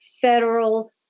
federal